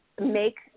make